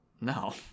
No